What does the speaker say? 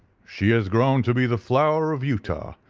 she has grown to be the flower of utah,